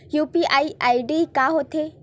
UPI ID का होथे?